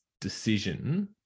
decision